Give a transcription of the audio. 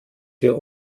wir